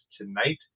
tonight